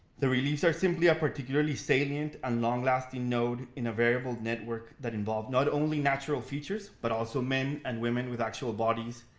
the reliefs are simply are particularly salient and long lasting node in a variable network that involved not only natural features, but also men and women with actual bodies,